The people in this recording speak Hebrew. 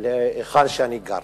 להיכן שאני גר.